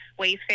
wayfair